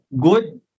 Good